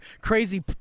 crazy